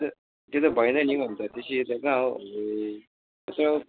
त्यो त त्यो त भएन नि हौ अन्त त्यसरी त कहाँ हौ अब्बुई